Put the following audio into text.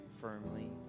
firmly